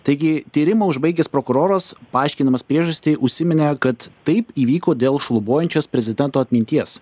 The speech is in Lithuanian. taigi tyrimą užbaigęs prokuroras paaiškindamas priežastį užsiminė kad taip įvyko dėl šlubuojančios prezidento atminties